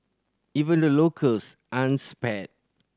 even the locals aren't spared